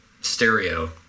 stereo